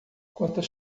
quantas